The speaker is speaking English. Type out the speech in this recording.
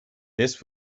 this